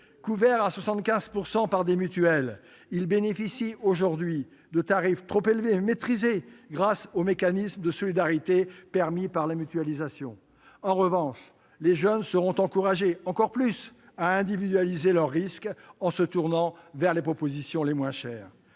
Couverts à 75 % par des mutuelles, ils bénéficient aujourd'hui de tarifs maîtrisés grâce aux mécanismes de solidarité que permet la mutualisation. En revanche, les jeunes seront encore plus fortement encouragés à individualiser leurs risques en se tournant vers les propositions les moins chères.